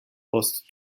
post